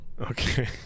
Okay